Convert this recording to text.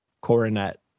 coronet